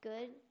Good